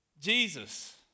Jesus